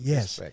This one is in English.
Yes